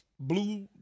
Blue